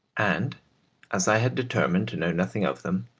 and as i had determined to know nothing of them,